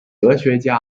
哲学家